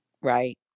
right